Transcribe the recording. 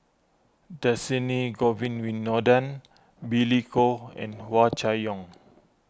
Dhershini Govin Winodan Billy Koh and Hua Chai Yong